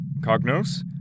Cognos